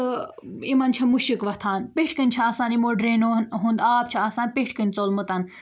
تہٕ یِمَن چھےٚ مُشک وۄتھان پٮ۪ٹھ کَنۍ چھےٚ آسان یِمو ڈرٛینو ہُنٛد آب چھُ آسان پیٚٹھۍ کنۍ ژوٚلمُت